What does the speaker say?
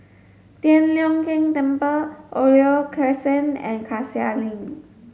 Tian Leong Keng Temple Oriole Crescent and Cassia Link